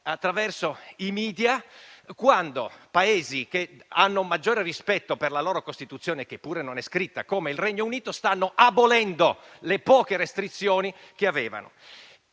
attraverso i *media*, quando Paesi che hanno maggiore rispetto per la loro Costituzione, che pure non è scritta (come nel caso del Regno Unito), stanno abolendo le poche restrizioni che avevano.